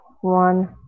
one